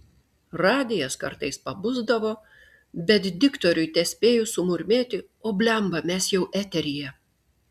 radijas kartais pabusdavo bet diktoriui tespėjus sumurmėti o bliamba mes jau eteryje